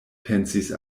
pensis